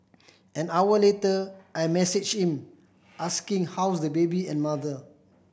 an hour later I messaged him asking how's the baby and mother